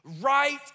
Right